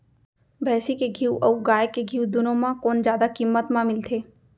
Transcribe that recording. भैंसी के घीव अऊ गाय के घीव दूनो म कोन जादा किम्मत म मिलथे?